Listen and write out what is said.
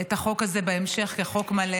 את החוק הזה בהמשך כחוק מלא,